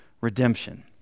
redemption